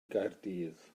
gaerdydd